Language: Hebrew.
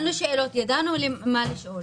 ידענו מה לשאול.